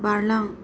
बारलां